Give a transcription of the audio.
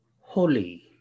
holy